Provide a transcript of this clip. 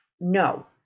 No